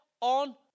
On